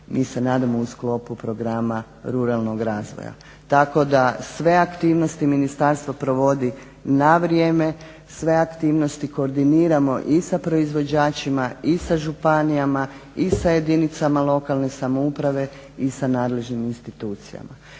mi se nadamo u sklopu programa ruralnog razvoja. Tako da sve aktivnosti Ministarstvo provodi na vrijeme, sve aktivnosti koordiniramo i sa proizvođačima i sa županijama i sa jedinicama lokalne samouprave i sa nadležnim institucijama.